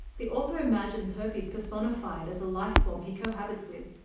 the author imagines herpes personified as a life-form he co-habits with,